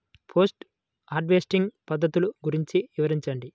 Post harvesting పద్ధతులు గురించి వివరించండి?